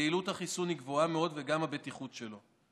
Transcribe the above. יעילות החיסון גבוהה מאוד וגם הבטיחות שלו.